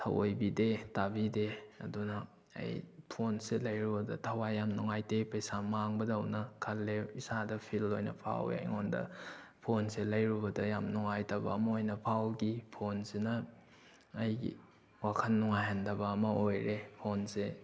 ꯊꯧꯑꯣꯏꯕꯤꯗꯦ ꯇꯥꯕꯤꯗꯦ ꯑꯗꯨꯅ ꯑꯩ ꯐꯣꯟꯁꯦ ꯂꯩꯔꯨꯕꯗ ꯊꯋꯥꯏ ꯌꯥꯝ ꯅꯨꯡꯉꯥꯏꯇꯦ ꯄꯩꯁꯥ ꯃꯥꯡꯕꯗꯧꯅ ꯈꯜꯂꯦ ꯏꯁꯥꯗ ꯐꯤꯜ ꯑꯣꯏꯅ ꯐꯥꯎꯑꯦ ꯑꯩꯉꯣꯟꯗ ꯐꯣꯟꯁꯦ ꯂꯩꯔꯨꯕꯗ ꯌꯥꯝ ꯅꯨꯡꯉꯥꯏꯇꯕ ꯑꯃ ꯑꯣꯏꯅ ꯐꯥꯎꯈꯤ ꯐꯣꯟꯁꯤꯅ ꯑꯩꯒꯤ ꯋꯥꯈꯜ ꯅꯨꯡꯉꯥꯏꯍꯟꯗꯕ ꯑꯃ ꯑꯣꯏꯔꯦ ꯐꯣꯟꯁꯦ